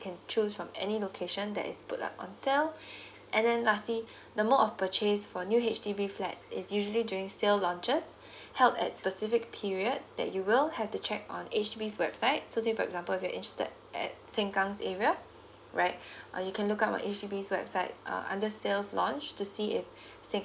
can choose from any location that is put up on sale and then lastly the more of purchase for new H_D_B flats is usually during sale launches help at specific periods that you will have to check on H_D_B website so say for example you're interested at sengkang's area right or you can look up on H_D_B website uh under sale's launch to see if